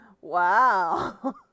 Wow